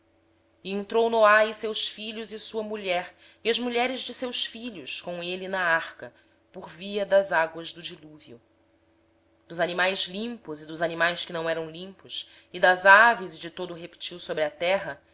entrou na arca com seus filhos sua mulher e as mulheres de seus filhos por causa das águas do dilúvio dos animais limpos e dos que não são limpos das aves e de todo réptil sobre a terra